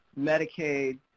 Medicaid